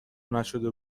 نشده